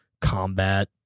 combat